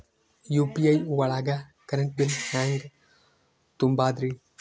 UPI ಒಳಗ current bill ಹೆಂಗ್ ತುಂಬದ್ರಿ?